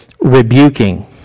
rebuking